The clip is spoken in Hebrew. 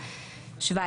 (17)